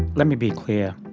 let me be clear.